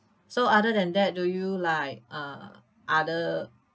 so other than that do you like uh other